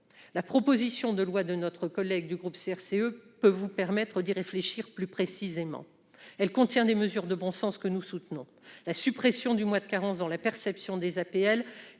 La proposition de loi de mes collègues du groupe CRCE peut vous permettre d'y réfléchir plus précisément. Elle contient des mesures de bon sens que nous soutenons. La suppression du mois de carence dans la perception des APL